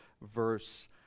verse